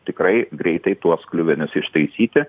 tikrai greitai tuos kliuvinius ištaisyti